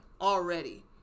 already